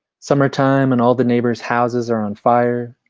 summertime and all the neighbors houses are on fire.